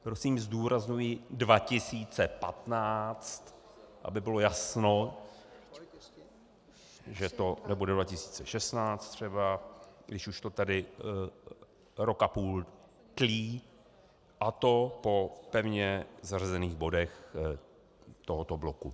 Prosím, zdůrazňuji 2015, aby bylo jasno, že to nebude 2016 třeba, když už to tady rok a půl tlí, a to po pevně zařazených bodech tohoto bloku.